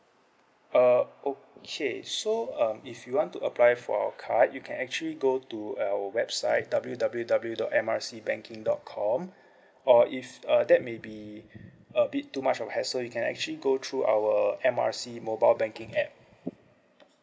uh okay so um if you want to apply for our card you can actually go to our website W_W_W dot M R C banking dot com or if uh that may be a bit too much of hassle you can actually go through our M R C mobile banking app